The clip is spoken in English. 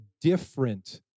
different